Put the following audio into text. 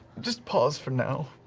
just pause for now.